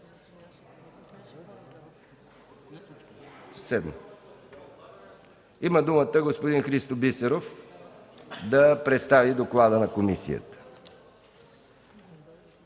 вчера. Има думата господин Христо Бисеров да представи доклада на комисията.